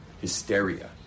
hysteria